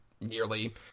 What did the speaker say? nearly